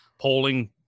polling